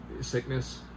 sickness